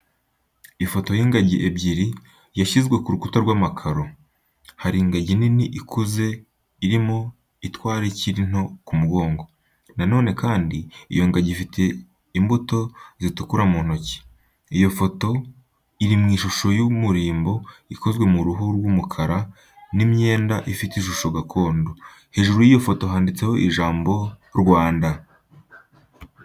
Ifoto y'ingagi ebyiri yashyizwe ku rukuta rw'amakaro. Hari ingagi nini ikuze irimo itwara ikiri nto ku mugongo. Na none kandi, iyo ngagi ifite imbuto zitukura mu ntoki. Iyo foto iri mu ishusho y'umurimbo ikozwe mu ruhu rw'umukara n'imyenda ifite ishusho gakondo. Hejuru y'iyo foto handitseho ijambo "Rwanda".